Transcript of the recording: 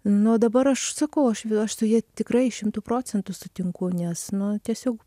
nu dabar aš sakau aš ve aš su ja tikrai šimtu procentų sutinku nes nu tiesiog